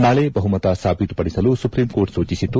ನಾಳೆ ಬಹುಮತ ಸಾಬೀತು ಪಡಿಸಲು ಸುಪ್ರೀಂ ಕೋರ್ಟ್ ಸೂಚಿಸಿತ್ತು